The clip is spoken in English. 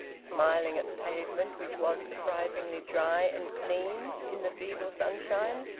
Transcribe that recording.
smiling at the pavement, which was surprisingly dry and clean in the feeble sunshine.